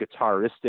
guitaristic